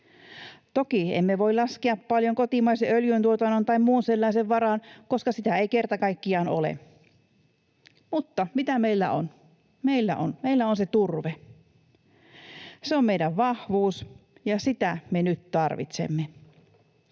Toki emme voi laskea paljon kotimaisen öljyntuotannon tai muun sellaisen varaan, koska sitä ei kerta kaikkiaan ole. Mutta mitä meillä on? Meillä on se turve. Se on meidän vahvuus, ja sitä me nyt tarvitsemme.